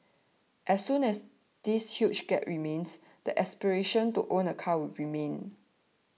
as long as this huge gap remains the aspiration to own a car will remain